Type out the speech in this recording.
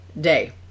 day